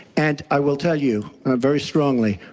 and i will tell you very strongly,